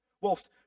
Whilst